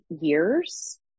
years